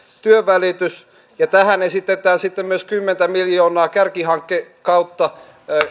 työnvälitys ja tähän esitetään sitten myös kymmentä miljoonaa kärkihankkeen kautta